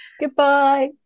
goodbye